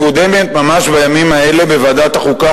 מקודמת ממש בימים אלה בוועדת החוקה,